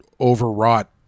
overwrought